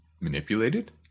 manipulated